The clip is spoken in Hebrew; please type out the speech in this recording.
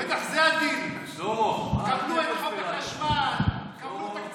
בטח זה הדיל: קבלו את חוק החשמל, קבלו תקציבים,